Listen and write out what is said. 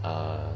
err